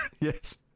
Yes